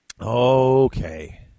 Okay